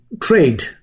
trade